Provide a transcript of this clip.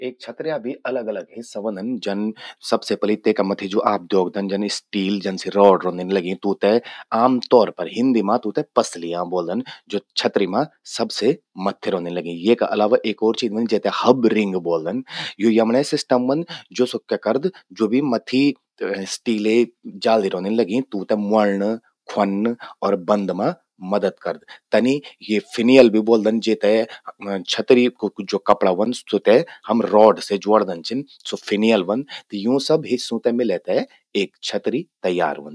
एक छतर्या भी अलग अलग हिस्सा व्हंदन। जन सबसे पलि तेका मथि आप ज्वो द्योखदन जन स्टील जन सि रॉड रौंदिन लग्यीं। तूंते आम तौर पर हिंदी मां तूंते पसलियां ब्वोल्दन, ज्वो छतरि मां सबसे मत्थि रौंदिन लग्यीं। येका अलावा एक ओर चीज व्हंदि, जेते हब रिंग ब्वोल्दन। यू यमण्ये सिस्टम व्हंद, ज्वो स्वो क्या करद, ज्बो भी मथि स्टीले जालि रौंदिन लग्यीं, तूंते म्वोंण, ख्वोन्न अर बंद मां मदद करद। तनि ये फिनियल भी ब्वोल्दन जेते छतरी कू जो कपड़ा व्हंद तेते हम रॉड स् ज्वॉड़दन छिन, स्वो फिनियल व्हंद। यूं सब हिस्सों ते मिले ते एक छतरी तैयार व्हंदि।